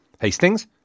Hastings